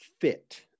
Fit